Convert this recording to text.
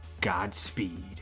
Godspeed